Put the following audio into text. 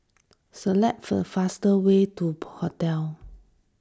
select the faster way to Hotel